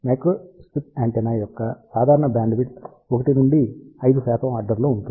microstrip antenna యొక్క సాధారణ bandwidth 1 నుండి 5 ఆర్డర్ లో ఉంటుంది